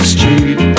Street